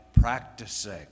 practicing